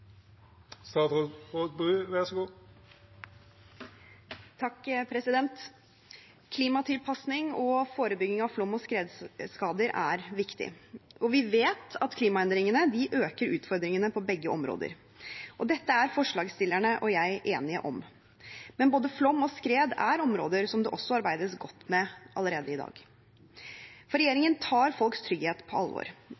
viktig, og vi vet at klimaendringene øker utfordringene på begge områder. Dette er forslagsstillerne og jeg enige om. Både flom og skred er områder som det også arbeides godt med allerede i dag, for